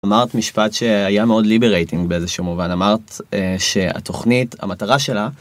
אמרת משפט שהיה מאוד ליברייטינג באיזה שהוא מובן אמרת שהתוכנית המטרה שלה.